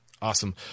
Awesome